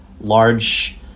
large